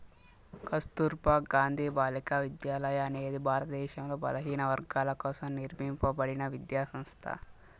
కస్తుర్బా గాంధీ బాలికా విద్యాలయ అనేది భారతదేశంలో బలహీనవర్గాల కోసం నిర్మింపబడిన విద్యా సంస్థ